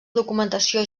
documentació